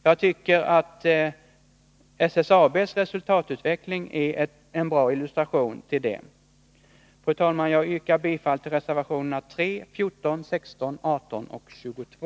Jag tycker att SSAB:s resultatutveckling är en bra illustration till det. Fru talman! Jag yrkar bifall till reservationerna 3, 14, 16, 18 och 22.